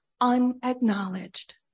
unacknowledged